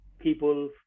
people